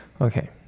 Okay